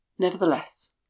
Nevertheless